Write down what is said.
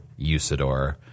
Usador